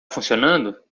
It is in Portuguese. funcionando